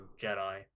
Jedi